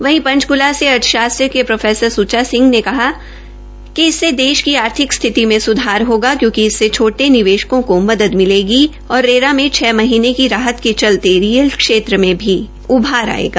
वहीं पंचकला से अर्थशास्त्र के प्रो सुच्चा सिंह ने कहा कि इससे देश की आर्थिक स्थिति में सुधार होगा कयोंकि इससे छोटे निवेशकों को मदद मिलेगी और रेरा में छ महीने का राहत के चलते रियल क्षेत्र में भी उभार आयेगा